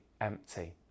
empty